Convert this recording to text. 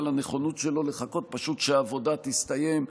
על הנכונות שלו לחכות שהעבודה תסתיים.